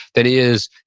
than he is,